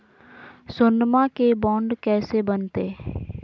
सोनमा के बॉन्ड कैसे बनते?